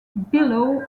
below